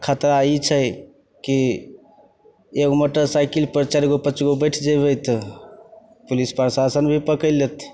खतरा ई छै कि एक मोटरसाइकिलपर चारिगो पाँचगो बैठि जेबै तऽ पुलिस प्रशाशन भी पकड़ि लेतै